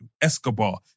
Escobar